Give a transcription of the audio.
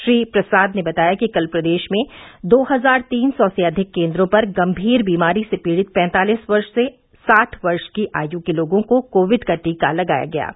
श्री प्रसाद ने बताया कि कल प्रदेश में दो हजार तीन सौ से अधिक केन्द्रों पर गम्मीर बीमारी से पीड़ित पैंतालीस वर्ष से साठ वर्ष की आयु के लोगों को कोविड का टीका लगाया जा रहा है